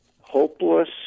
hopeless